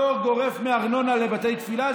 פטור גורף מארנונה לבתי תפילה.